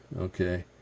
okay